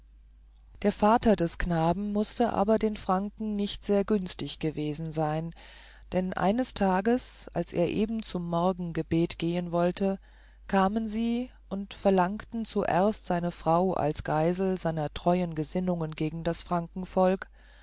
der vater des knaben mußte aber den franken nicht sehr günstig gewesen sein denn eines tages als er eben zum morgengebet gehen wollte kamen sie und verlangten zuerst seine frau als geisel seiner treuen gesinnungen gegen das